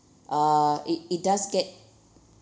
uh it it does get